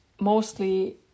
mostly